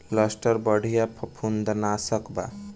Luster बढ़िया फंफूदनाशक बा